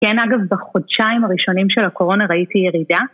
כן, אגב, בחודשיים הראשונים של הקורונה ראיתי ירידה.